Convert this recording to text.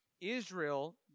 Israel